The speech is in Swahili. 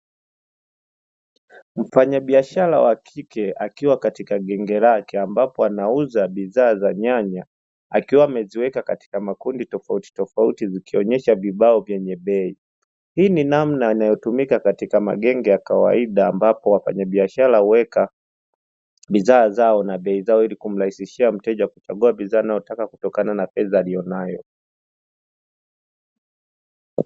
Mfanyabiashara wa kike akiwa katika genge lake ambapo anauza bidhaa za nyanya akiwa ameziweka katika makundi tofautitofauti zikionyesha vibao vyenye bei, hii ni namna inayotumika katika magenge ya kawaida ambapo wafanyabiashara huweka bidhaa na bei zao ili kumrahisishia mteja kuchagua bidhaa anazotaka kutokana na fedha aliyonayo.